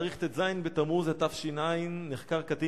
בתאריך ט"ז בתמוז התש"ע נחקר קטין